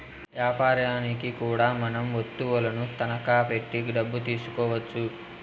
యాపారనికి కూడా మనం వత్తువులను తనఖా పెట్టి డబ్బు తీసుకోవచ్చు